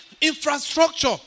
infrastructure